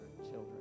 children